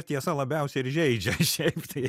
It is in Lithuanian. tiesa labiausiai ir žeidžia šiaip tai